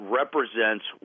represents